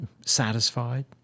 satisfied